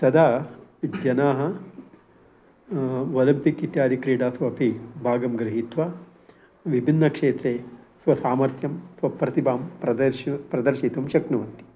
तदा जनाः ओलम्पिक् इत्यादिक्रीडासु अपि भागं गृहीत्वा विभिन्नक्षेत्रे स्वसामर्थ्यं स्वप्रतिभां प्रदर्शितुं प्रदर्शितुं शक्नुवन्ति